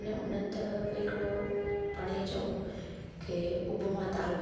अने हुननि त भई हिकिड़ो पाणि चऊं की उभ मां तारो